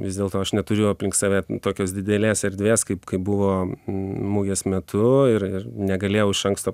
vis dėlto aš neturiu aplink save tokios didelės erdvės kaip kad buvo mugės metu ir ir negalėjau iš anksto